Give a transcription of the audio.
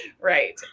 Right